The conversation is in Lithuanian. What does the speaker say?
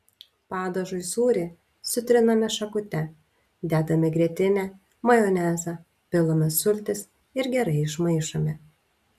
padažui sūrį sutriname šakute dedame grietinę majonezą pilame sultis ir gerai išmaišome